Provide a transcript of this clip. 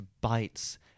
bites